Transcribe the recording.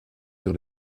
sur